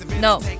No